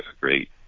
great